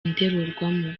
ndorerwamo